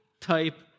type